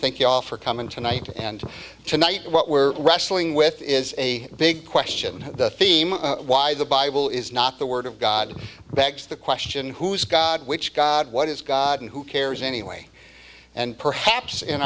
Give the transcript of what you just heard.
thank you all for coming tonight and tonight what we're wrestling with is a big question the theme of why the bible is not the word of god begs the question who's god which god what is god and who cares anyway and perhaps in